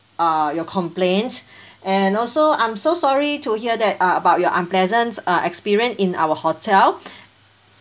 uh your complaints and also I'm so sorry to hear that uh about your unpleasant uh experience in our hotel